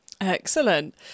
Excellent